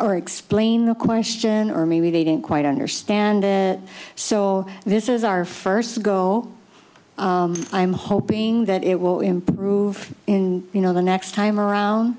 or explain the question or maybe they didn't quite understand so this is our first go i am hoping that it will improve in you know the next time around